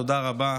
תודה רבה,